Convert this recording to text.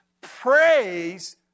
praise